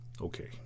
okay